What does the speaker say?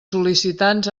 sol·licitants